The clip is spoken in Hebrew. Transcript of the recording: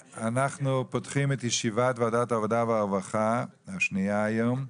אנחנו פותחים את ישיבת ועדת העבודה והרווחה השנייה היום,